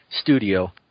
studio